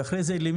ואחרי זה.